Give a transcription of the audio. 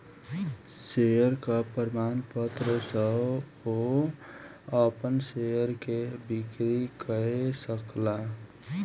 शेयरक प्रमाणपत्र सॅ ओ अपन शेयर के बिक्री कय सकला